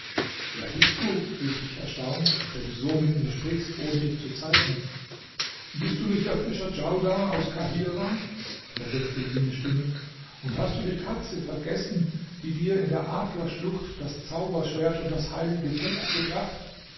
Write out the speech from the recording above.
wer bist du rief ich erstaunt der du so mit mir sprichst ohne dich zu zeigen bist du nicht der fischer djaudar aus kahirah versetzte jene stimme und hast du die katze vergessen die dir in der adlersschlucht das zauberschwert und das heilige buch gebracht